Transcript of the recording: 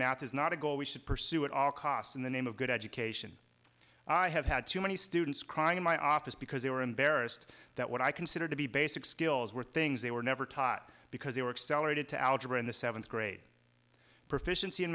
math is not a goal we should pursue at all costs in the name of good education i have had too many students crying in my office because they were embarrassed that what i considered to be basic skills were things they were never taught because they were accelerated to algebra in the seventh grade proficiency in